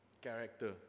Character